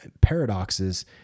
paradoxes